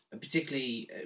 particularly